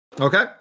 okay